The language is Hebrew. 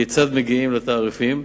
כיצד מגיעים לתעריפים,